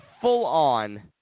full-on